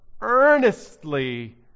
earnestly